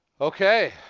Okay